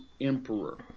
emperor